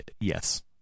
Yes